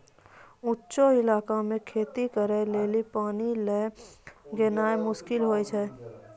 ऊंचो इलाका मे खेती करे लेली पानी लै गेनाय मुश्किल होय छै